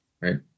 right